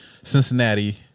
Cincinnati